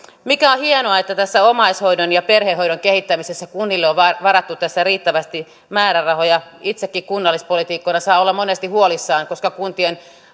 mikä on hienoa on se että tässä omaishoidon ja perhehoidon kehittämisessä on kunnille varattu riittävästi määrärahoja itsekin kunnallispoliitikkona saa olla monesti huolissaan koska kuntien